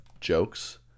jokes